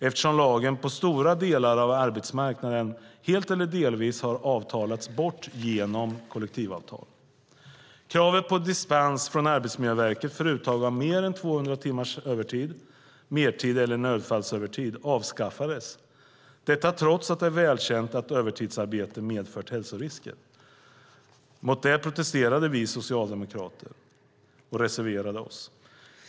Lagen har på stora delar av arbetsmarknaden helt eller delvis avtalats bort i kollektivavtal. Kravet på dispens från Arbetsmiljöverket för uttag av mer än 200 timmars övertid, mertid eller nödfallsövertid avskaffades, trots att det är välkänt att övertidsarbete medför hälsorisker. Mot detta protesterade vi socialdemokrater och reserverade oss.